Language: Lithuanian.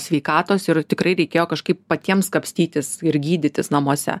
sveikatos ir tikrai reikėjo kažkaip patiems kapstytis ir gydytis namuose